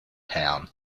town